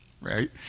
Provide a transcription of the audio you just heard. Right